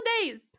days